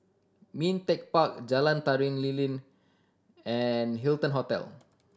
Ming Teck Park Jalan Tari Lilin and Hilton Hotel